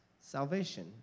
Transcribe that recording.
salvation